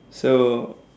so